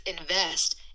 invest